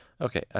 Okay